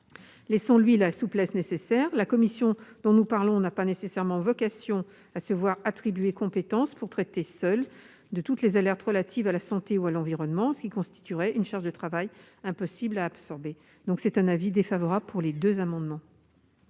Laissons-lui la souplesse nécessaire : la CNDASPE n'a pas nécessairement vocation à se voir attribuer compétence pour traiter seule de toutes les alertes relatives à la santé ou à l'environnement, ce qui constituerait une charge de travail impossible à absorber. Avis défavorable sur les deux amendements.